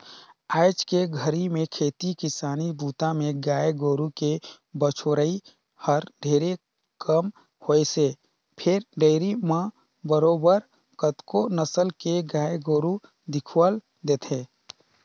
आयज के घरी में खेती किसानी बूता में गाय गोरु के बउरई हर ढेरे कम होइसे फेर डेयरी म बरोबर कतको नसल के गाय गोरु दिखउल देथे